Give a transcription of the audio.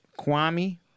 Kwame